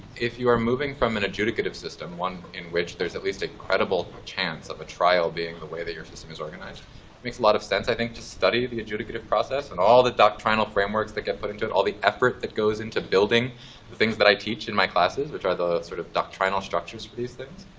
if you are moving from an adjudicative system one in which there is at least a credible chance of a trial being a way that your system is organized it makes a lot of sense, i think, to study the adjudicative process, and all the doctrinal frameworks that get put into it, all the effort that goes into building the things that i teach in my classes, which are the sort of doctrinal structures for these things.